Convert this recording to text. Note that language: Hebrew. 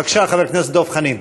בבקשה, חבר הכנסת דב חנין.